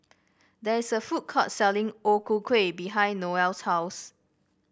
there is a food court selling O Ku Kueh behind Noel's house